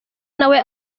nawe